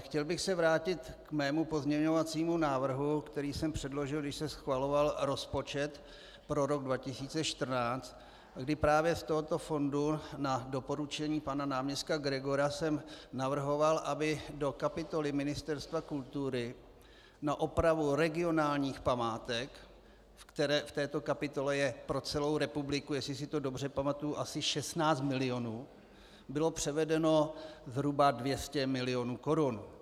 Chtěl bych se ale vrátit k svému pozměňovacímu návrhu, který jsem předložil, když se schvaloval rozpočet pro rok 2014, kdy právě z tohoto fondu na doporučení pana náměstka Gregora jsem navrhoval, aby do kapitoly Ministerstva kultury na opravu regionálních památek, v této kapitole je pro celou republiku, jestli si to dobře pamatuji, asi 16 milionů, bylo převedeno zhruba 200 milionů korun.